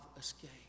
escape